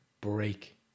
break